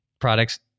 products